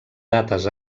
dates